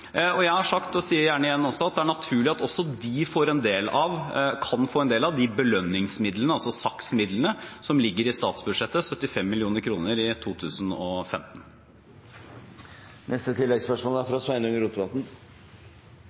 og sier det gjerne igjen – at det er naturlig at også de kan få en del av de belønningsmidlene, altså SAKS-midlene, som ligger i statsbudsjettet: 75 mill. kr i 2015. Sveinung Rotevatn